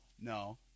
no